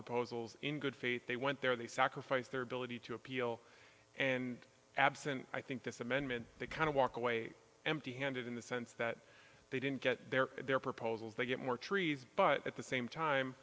proposals in good faith they went there they sacrificed their ability to appeal and absent i think this amendment that kind of walk away empty handed in the sense that they didn't get their their proposals they get more trees but at the same time